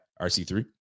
RC3